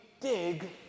dig